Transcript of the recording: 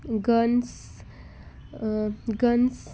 guns guns